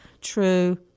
True